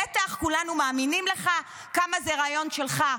בטח, כולנו מאמינים לך כמה זה רעיון שלך.